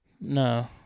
No